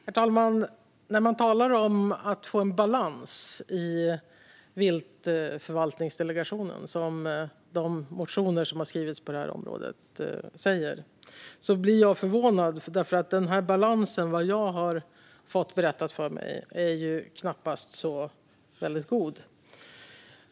Herr talman! När man talar om att få en balans i viltförvaltningsdelegationerna, som det talas om i motioner om detta, blir jag förvånad. Som jag har fått berättat för mig är nämligen denna balans knappast så god.